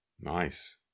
Nice